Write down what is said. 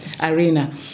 arena